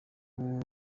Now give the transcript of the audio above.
bwo